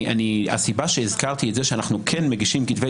הסיבה שהזכרתי את זה שאנחנו כן מגישים כתבי